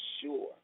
sure